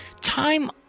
Time